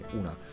una